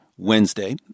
Wednesday